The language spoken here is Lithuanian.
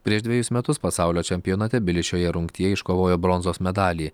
prieš dvejus metus pasaulio čempionate bilis šioje rungtyje iškovojo bronzos medalį